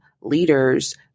leaders